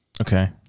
okay